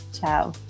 Ciao